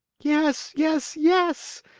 yes, yes, yes!